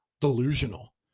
delusional